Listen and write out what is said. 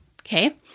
okay